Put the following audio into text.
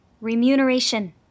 Remuneration